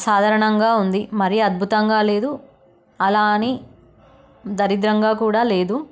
సాధారణంగా ఉంది మరీ అద్భుతంగా లేదు అలా అని దరిద్రంగా కూడా లేదు